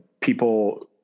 people